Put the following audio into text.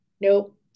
Nope